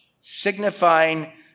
signifying